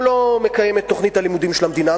לא מקיים את תוכנית הלימודים של המדינה,